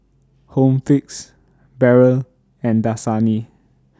Home Fix Barrel and Dasani